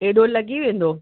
एॾो लॻी वेंदो